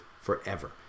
forever